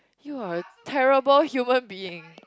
you are a terrible human being